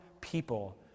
people